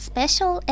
Special